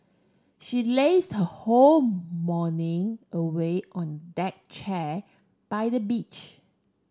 she laze her whole morning away on deck chair by the beach